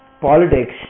politics